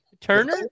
Turner